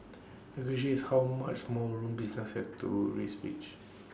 the question is how much more room businesses have to raise wages